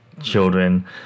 children